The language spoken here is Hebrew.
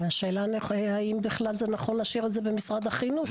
השאלה אם בכלל זה נכון להשאיר את זה במשרד החינוך,